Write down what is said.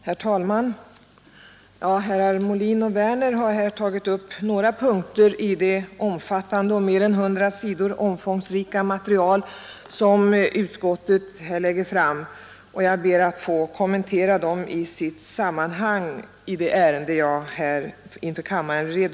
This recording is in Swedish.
Herr talman! Herrar Molin och Werner i Malmö har här tagit upp några punkter i det mer än 100 sidor omfångsrika material som utskottet här lägger fram. Jag ber att få kommentera dem i sitt sammanhang i det ärende jag vill redovisa inför kammaren.